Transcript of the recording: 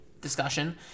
discussion